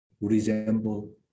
resemble